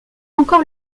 encore